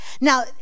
Now